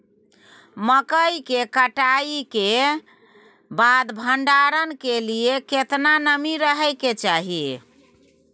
मकई के कटाई के बाद भंडारन के लिए केतना नमी रहै के चाही?